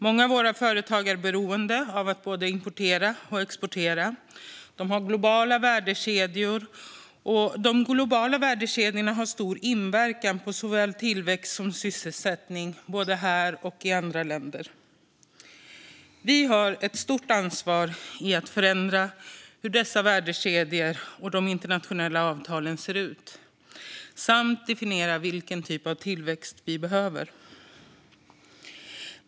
Många av våra företag är beroende av att både importera och exportera. De har globala värdekedjor, och de globala värdekedjorna har stor inverkan på såväl tillväxt som sysselsättning både här och i andra länder. Vi har ett stort ansvar i att förändra hur dessa värdekedjor och de internationella avtalen ser ut samt att definiera vilken typ av tillväxt vi behöver.